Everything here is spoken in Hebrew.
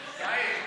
מה להגיד.